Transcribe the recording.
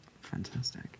Fantastic